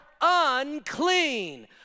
unclean